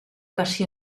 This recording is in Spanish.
casi